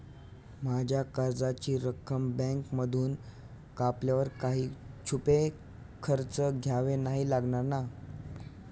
माझ्या कर्जाची रक्कम बँकेमधून कापल्यावर काही छुपे खर्च द्यावे नाही लागणार ना?